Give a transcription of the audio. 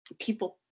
people